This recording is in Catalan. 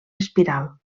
espiral